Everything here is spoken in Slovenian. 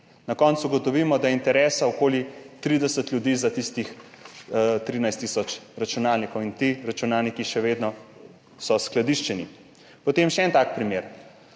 na koncu ugotovimo, da je interesa okoli 30 ljudi za tistih 13 tisoč računalnikov. In ti računalniki še vedno so skladiščeni. Potem še en tak primer.